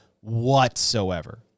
whatsoever